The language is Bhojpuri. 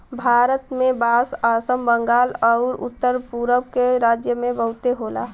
भारत में बांस आसाम, बंगाल आउर उत्तर पुरब के राज्य में बहुते होला